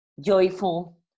joyful